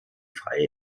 freie